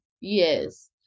Yes